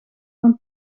een